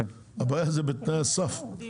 הבעיה היא בתנאי הסף.